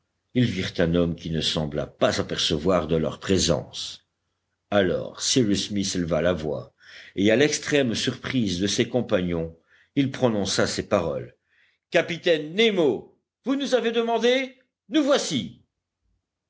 ils virent un homme qui ne sembla pas s'apercevoir de leur présence alors cyrus smith éleva la voix et à l'extrême surprise de ses compagnons il prononça ces paroles capitaine nemo vous nous avez demandés nous voici